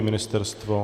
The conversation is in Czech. Ministerstvo?